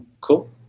Cool